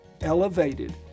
elevated